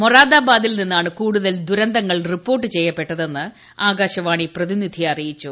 മൊറാദാബാദിൽ നിന്നാണ് കൂടുതൽ ദുരന്തങ്ങൾ റിപ്പോർട്ട് ചെയ്യപ്പെട്ടതെന്ന് ആകാശവാണി പ്രതിനിധി അറിയിച്ചു